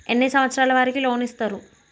ఎన్ని సంవత్సరాల వారికి లోన్ ఇస్తరు?